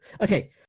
okay